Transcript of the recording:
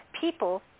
people